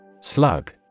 Slug